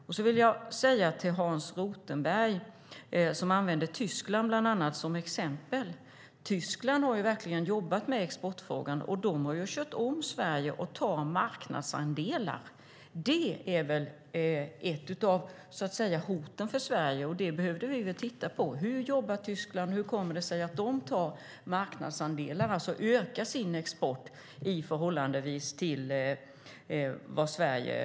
Jag vill säga till Hans Rothenberg, som använde bland annat Tyskland som exempel, att Tyskland verkligen har jobbat med exportfrågan. De har kört om Sverige och tar marknadsandelar. Det är väl ett av hoten mot Sverige. Vi behöver titta på hur Tyskland jobbar. Hur kommer det sig att de tar marknadsandelar, alltså ökar sin export i förhållande till vad Sverige gör?